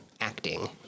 acting